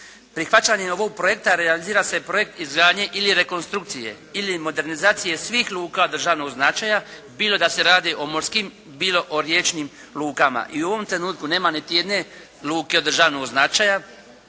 Prihvaćanjem ovog projekta realizira se projekt izgradnje ili rekonstrukcije ili modernizacije svih luka od državnog značaja bilo da se radi o morskim, bilo o riječnim lukama. I u ovom trenutku nema niti jedne luke od državnog značaja,